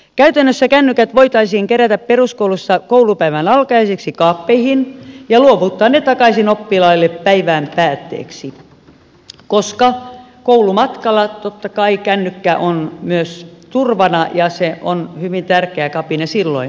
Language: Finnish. käytännössä kännykät voitaisiin kerätä peruskoulussa koulupäivän alkajaisiksi kaappeihin ja luovuttaa ne takaisin oppilaille päivän päätteeksi koska koulumatkalla totta kai kännykkä on myös turvana ja se on hyvin tärkeä kapine silloin